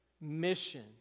mission